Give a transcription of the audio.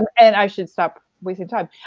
and and i should stop wasting time.